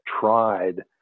tried